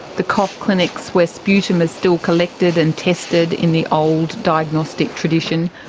the cough clinics where sputum is still collected and tested in the old diagnostic tradition.